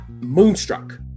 moonstruck